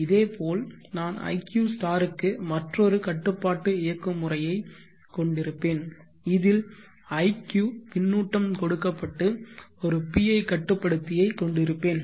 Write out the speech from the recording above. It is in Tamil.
இதேபோல் நான் iq க்கு மற்றொரு கட்டுப்பாட்டு இயக்கும் முறையை கொண்டிருப்பேன்இதில் iq பின்னூட்டம் கொடுக்கப்பட்டு ஒரு PI கட்டுப்படுத்தியை கொண்டிருப்பேன்